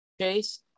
Chase